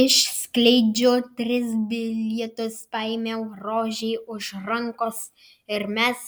išskleidžiau tris bilietus paėmiau rožei už rankos ir mes